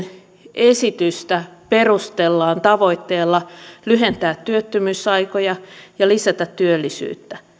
esitystä perustellaan tavoitteella lyhentää työttömyysaikoja ja lisätä työllisyyttä